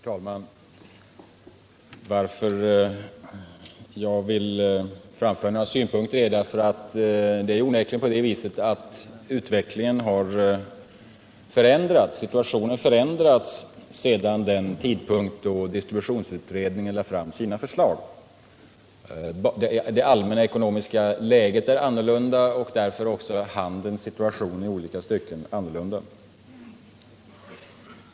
Herr talman! Anledningen till att jag vill framföra några synpunkter är den att situationen onekligen förändrats sedan distributionsutredningen lade fram sina förslag. Det allmänna ekonomiska läget är annorlunda och därmed också handelns situation i olika avseenden.